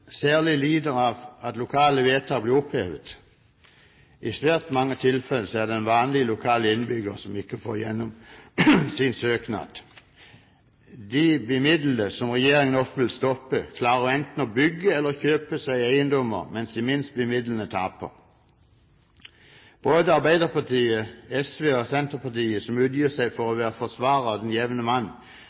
særlig lider av at lokale vedtak blir opphevet? I svært mange tilfeller er det den vanlige lokale innbygger som ikke får gjennom sin søknad. De bemidlede, som regjeringen ofte vil stoppe, klarer enten å bygge eller kjøpe seg eiendommer, mens de minst bemidlede taper. Både Arbeiderpartiet, SV og Senterpartiet, som utgir seg for å være forsvarer av den jevne mann,